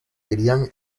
querían